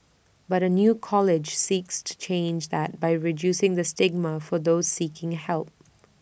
but A new college seeks to change that by reducing the stigma for those seeking help